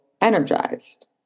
energized